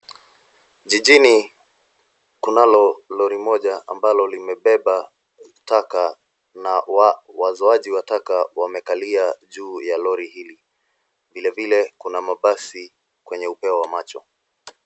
Jijini kunalo lori moja ambalo limebeba taka na wazoaji wa taka wamekalia juu ya lori hili, vile vile kuna mabasi kwenye upeo wa macho.